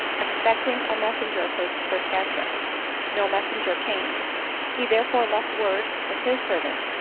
expecting a messenger from sir patrick no messenger came he therefore left word with his servant,